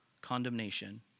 condemnation